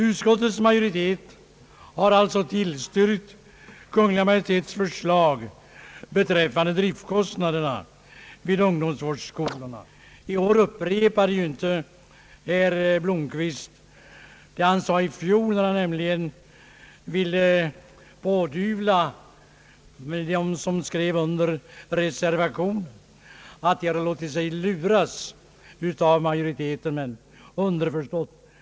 Utskottets majoritet har alltså tillstyrkt Kungl. Maj:ts förslag beträffande driftkostnaderna vid ungdomsvårdsskolorna. Regeringens förslag innebär nämligen en fortsatt kraftig upprustning av ungdomsvårdsskolornas personella resurser, eftersom 45 nya tjänster tillförs ungdomsvårdsskolorna under nästa budgetår enligt förslaget i statsverkspropositionen. Ytterligare medel föreslås dessutom under posten Arvo den och särskilda ersättningar för anlitande av psykologisk expertis vid sådana skolor som har en stor andel narkotikamissbrukare. Ungdomsvårdsskolorna kommer alltså inte att bli utan psykologisk expertis, men det är ett faktum att det inte är lätt att få psykologer.